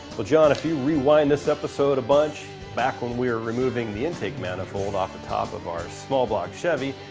well john, if you rewind this episode a bunch back when we were removing the intake manifold off the top of our small block chevy,